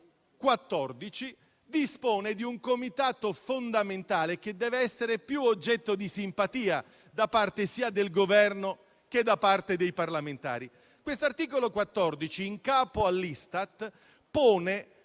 14, dispone di un comitato fondamentale che deve essere più oggetto di simpatia sia da parte del Governo che dei parlamentari. Tale articolo pone in campo all'Istat